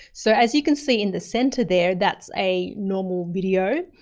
so as you can see in the center there, that's a normal video.